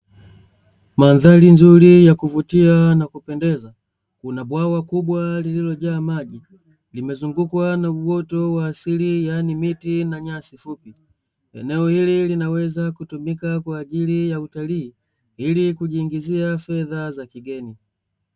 Mandhari nzuri ya kuvutia na kupendeza kuna bwawa kubwa lililojaa maji limezungukwa na uoto wa asili yaani miti na nyasi fupi, eneo hili linaweza kutumika kwaajili ya utalii ili kujiingizia fedha za kigeni.